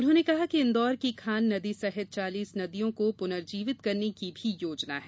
उन्होंने कहा कि इन्दौर की खान नदी सहित चालीस नदियों को पुनर्जीवित करने की भी योजना है